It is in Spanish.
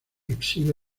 exhibe